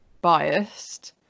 biased